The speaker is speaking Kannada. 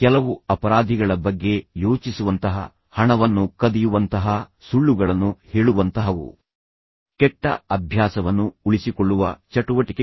ಕೆಲವು ಅಪರಾಧಿಗಳ ಬಗ್ಗೆ ಯೋಚಿಸುವಂತಹ ಹಣವನ್ನು ಕದಿಯುವಂತಹ ಸುಳ್ಳುಗಳನ್ನು ಹೇಳುವಂತಹವು ಕೆಟ್ಟ ಅಭ್ಯಾಸವನ್ನು ಉಳಿಸಿಕೊಳ್ಳುವ ಚಟುವಟಿಕೆಗಳು